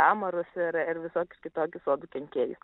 amarus ir visokių kitokių sodų kenkėjų